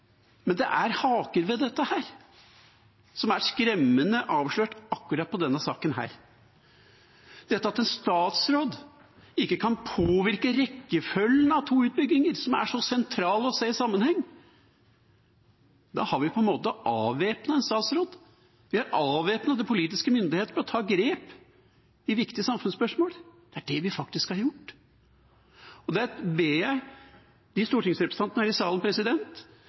Men det er haker ved dette som er skremmende avslørende akkurat i denne saken: Når en statsråd ikke kan påvirke rekkefølgen av to utbygginger som det er så sentralt å se i sammenheng, har vi på en måte avvæpnet en statsråd. Vi har avvæpnet de politiske myndighetene fra å ta grep i viktige samfunnsspørsmål. Det er det vi faktisk har gjort. De sidene av saken ber jeg de stortingsrepresentantene her i salen